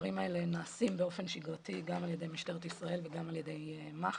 והדברים האלה נעשים באופן שגרתי גם על ידי משטרת ישראל וגם על ידי מח"ש.